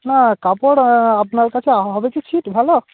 না কাপড় আপনার কাছে হবে কি ছিট ভালো